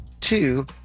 two